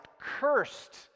cursed